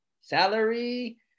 salary